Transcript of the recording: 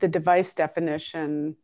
the device definition